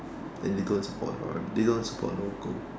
and they don't support foreign they don't support local